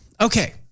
okay